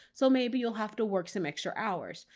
so maybe you'll have to work some extra hours.